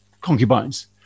concubines